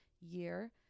year